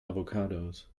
avocados